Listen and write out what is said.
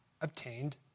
obtained